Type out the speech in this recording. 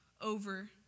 over